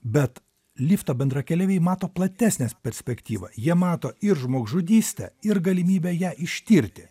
bet lifto bendrakeleiviai mato platesnes perspektyvą jie mato ir žmogžudystę ir galimybę ją ištirti